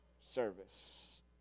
service